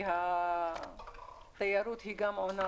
כי התיירות היא גם עונה